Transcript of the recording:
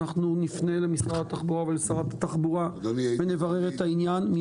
אנחנו נפנה למשרד התחבורה ולשרת התחבורה ונברר את העניין.